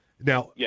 Now